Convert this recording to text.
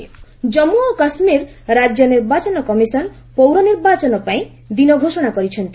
JK polls Jammu ଓ କାଶ୍ଲୀର ରାଜ୍ୟ ନିର୍ବାଚନ କମିଶନ୍ ପୌର ନିର୍ବାଚନ ପାଇଁ ଦିନ ଘୋଷଣା କରିଛନ୍ତି